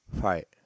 Fight